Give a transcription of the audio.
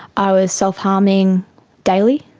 i was self-harming daily.